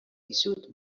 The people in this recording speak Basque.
dizut